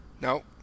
no